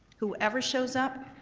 whoever shows up,